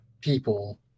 people